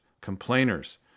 complainers